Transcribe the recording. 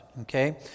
okay